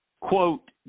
Quote